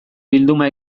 bilduma